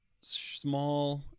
small